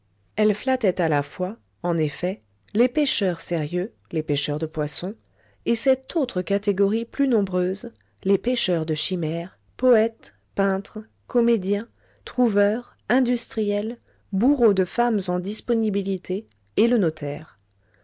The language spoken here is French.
elle flattait à la fois en effet les pêcheurs sérieux les pêcheurs de poissons et cette autre catégorie plus nombreuse les pêcheurs de chimères poètes peintres comédiens trouveurs industriels bourreaux de femmes en disponibilité et le notaire